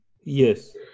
Yes